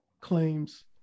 claims